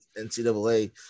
NCAA